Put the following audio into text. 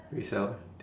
we sell